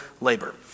labor